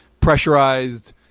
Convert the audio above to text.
pressurized